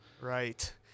right